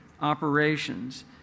operations